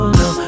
no